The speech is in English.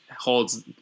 holds